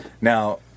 Now